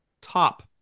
top